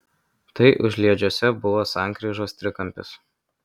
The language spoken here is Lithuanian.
tai užliedžiuose buvo sankryžos trikampis